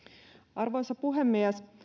arvoisa puhemies